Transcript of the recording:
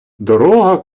дорога